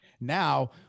Now